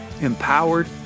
empowered